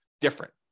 different